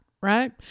right